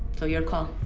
so your call.